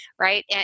Right